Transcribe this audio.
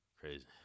Crazy